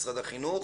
משרד החינוך.